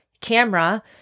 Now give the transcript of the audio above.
camera